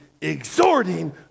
exhorting